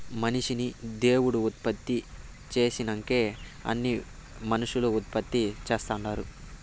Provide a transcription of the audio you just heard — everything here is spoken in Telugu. మనిషిని దేవుడు ఉత్పత్తి చేసినంకే అన్నీ మనుసులు ఉత్పత్తి చేస్తుండారు